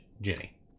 Jenny